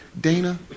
Dana